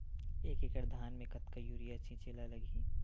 एक एकड़ धान में कतका यूरिया छिंचे ला लगही?